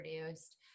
produced